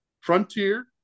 frontier